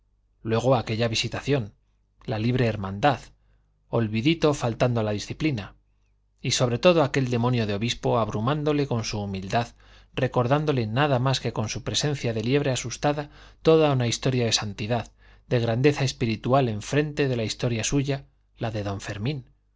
luego aquella visitación la libre hermandad olvidito faltando a la disciplina y sobre todo aquel demonio de obispo abrumándole con su humildad recordándole nada más que con su presencia de liebre asustada toda una historia de santidad de grandeza espiritual enfrente de la historia suya la de don fermín